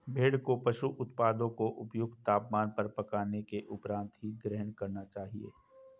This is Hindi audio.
भेड़ को पशु उत्पादों को उपयुक्त तापमान पर पकाने के उपरांत ही ग्रहण करना चाहिए